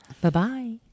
Bye-bye